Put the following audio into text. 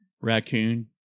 raccoon